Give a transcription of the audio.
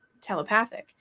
telepathic